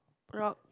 rock